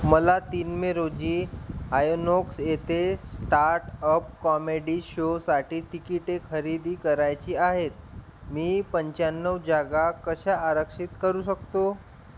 मला तीन मे रोजी आयोनोक्स येथे स्टार्टअप कॉमेडी शोसाठी तिकिटे खरेदी करायची आहेत मी पंच्याण्ण्यव जागा कशा आरक्षित करू शकतो